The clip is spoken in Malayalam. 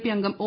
പി അംഗം ഒ